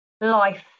life